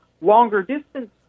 longer-distance